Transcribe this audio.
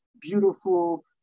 beautiful